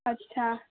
اچھا